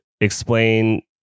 explain